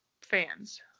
fans